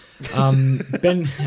Ben